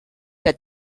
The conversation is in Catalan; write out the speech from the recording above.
que